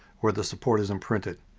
where the support isn't printed.